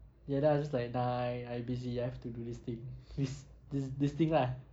ya then I was like die I busy I have to do this thing this this this thing lah